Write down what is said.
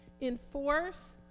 enforce